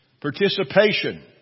participation